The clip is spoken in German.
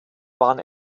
waren